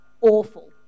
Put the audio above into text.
awful